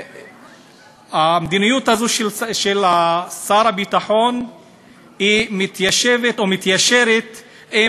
המדיניות הזו של שר הביטחון מתיישרת עם